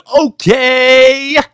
okay